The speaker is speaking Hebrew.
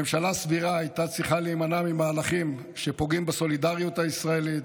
ממשלה סבירה הייתה צריכה להימנע ממהלכים שפוגעים בסולידריות הישראלית,